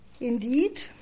Indeed